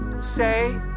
say